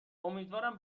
امیدوارم